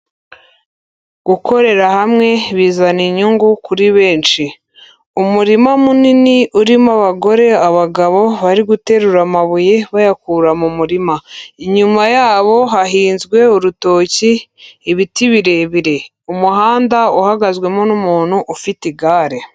Gukorera hamwe bizana inyungu kuri benshi, umurima munini urimo abagore, abagabo bari guterura amabuye bayakura mu murima. Inyuma yabo hahinzwe urutoki, ibiti birebire, umuhanda uhagazwemo n'umuntu ufite igare.